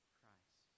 Christ